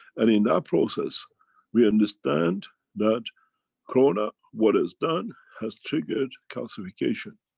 and in that process we understand that corona what has done, has triggered calcification.